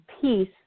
peace